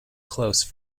close